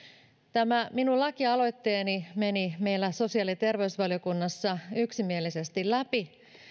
tämä minun lakialoitteeni meni meillä sosiaali ja terveysvaliokunnassa yksimielisesti läpi